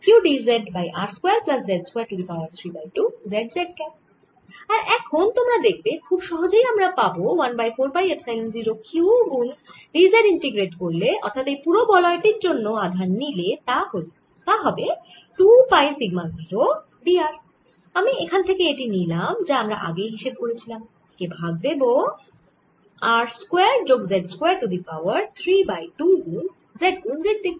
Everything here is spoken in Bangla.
আর এখন তোমরা দেখবে খুব সহজেই আমরা পাবো 1 বাই 4 পাই এপসাইলন 0 q গুন d z ইন্টীগ্রেট করলে অর্থাৎ এই পুরো বলয় টির আধান নিলে তা হলে 2 পাই সিগমা 0 d r আমি এখান থেকে এটি নিলাম যা আমরা আগেই হিসেব করেছিলাম একে ভাগ দেব r স্কয়ার যোগ z square to the power 3 by 2 গুন z গুন z দিকে